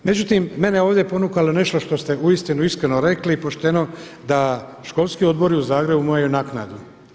Međutim, mene je ovdje ponukalo nešto što ste uistinu iskreno rekli i pošteno da školski odbori u Zagrebu imaju naknadu.